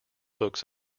books